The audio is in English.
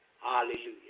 Hallelujah